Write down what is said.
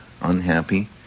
unhappy